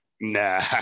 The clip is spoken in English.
nah